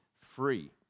free